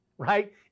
right